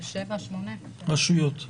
258 ---- רשויות.